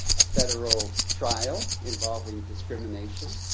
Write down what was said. federal trial involving discrimination.